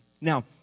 Now